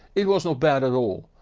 it was not bad at all.